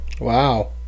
Wow